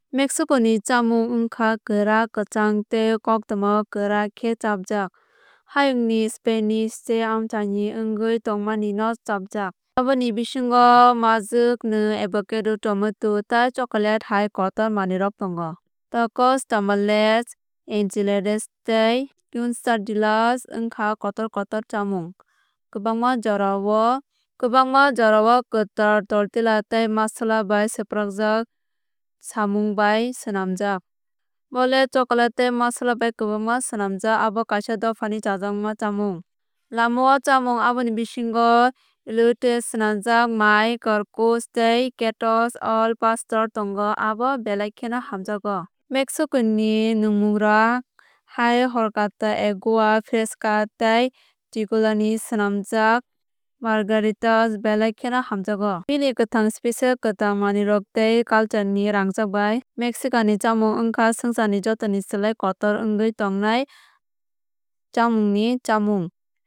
Mexico ni chamung wngkha kwrak kwchang tei koktwmao kwrak khe chapjak. Hayungni Spanish tei amchaini wngwi tongmani no chapjak. Aboni bisingo majwk mwng avocado tomato tei chocolate hai kotor manwirok tongo. Tacos tamales enchiladas tei quesadillas wngkha kotor kotor chamung kwbangma jorao kwtal tortilla tei masala bai swprakjak samung bai swnangjak. Mole chocolate tei masala bai kwbangma swnamjak abo kaisa dophani chajakma chamung. Lamao chamung aboni bisingo elote sungjak mai churros tei tacos al pastor tongo abo belai kheno hamjakgo. Mexico ni nungmungrok hai horchata agua freska tei tequila ni swnamjak margaritas belai kheno hamjakgo. Bini kwthang spices kwtal manwirok tei culture ni rangchak bai Mexican ni chamung wngkha swngcharni jotoni slai kotor wngwi tongnai chamungni chamung.